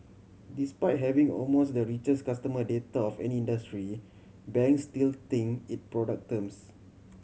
despite having amongst the richest customer data of any industry banks still think in product terms